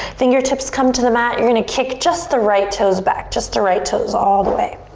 fingertips come to the mat, you're gonna kick just the right toes back. just the right toes, all the way.